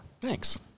Thanks